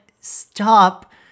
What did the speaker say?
stop